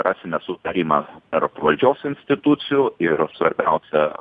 rasime sutarimą tarp valdžios institucijų ir svarbiausia